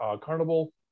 carnival